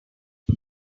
but